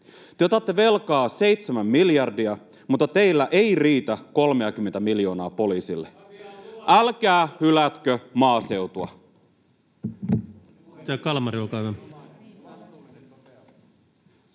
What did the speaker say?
Te otatte velkaa 7 miljardia, mutta teillä ei riitä 30:tä miljoonaa poliisille. [Jukka Gustafssonin